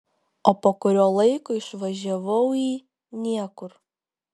o po kurio laiko išvažiavau į niekur